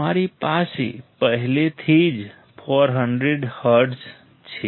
અમારી પાસે પહેલેથી જ 400 હર્ટ્ઝ છે